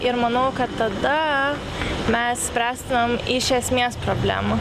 ir manau kad tada mes spręstumėm iš esmės problemą